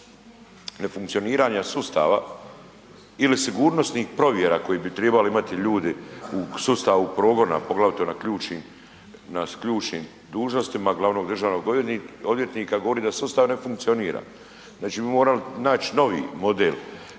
nefunkcioniranja sustava ili sigurnosnih provjera koje bi tribali imamo ljudi u sustavu progona pogotovo na ključnim, na ključnim dužnostima glavnog državnog odvjetnika govori da sustav ne funkcionira. Znači, mi bi morali naći novi model.